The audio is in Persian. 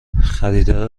خریدار